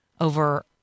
over